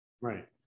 Right